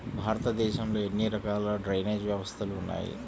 భారతదేశంలో ఎన్ని రకాల డ్రైనేజ్ వ్యవస్థలు ఉన్నాయి?